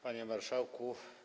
Panie Marszałku!